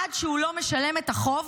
עד שהוא לא משלם את החוב,